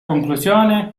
conclusione